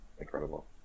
Incredible